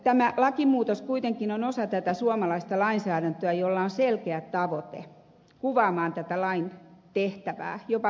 tämä lakimuutos kuitenkin on osa tätä suomalaista lainsäädäntöä jossa on selkeä tavoite kuvata lain tehtävää jopa pykälän muodossa